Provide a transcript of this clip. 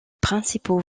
principaux